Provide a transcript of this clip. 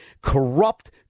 corrupt